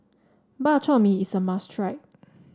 Bak Chor Mee is a must try